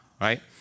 right